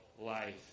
life